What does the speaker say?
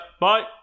Bye